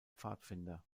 pfadfinder